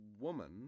woman